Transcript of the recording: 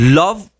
love